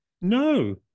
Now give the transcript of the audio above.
No